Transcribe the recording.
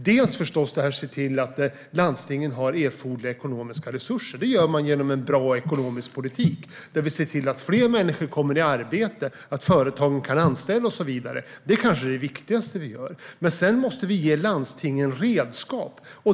Vi måste se till att landstingen har erforderliga ekonomiska resurser. Det gör vi genom en bra ekonomisk politik som gör att fler människor kommer i arbete, att företagen kan anställa och så vidare. Det är kanske det viktigaste vi gör. Men sedan måste vi ge landstingen redskap.